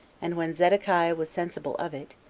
and when zedekiah was sensible of it,